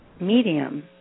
medium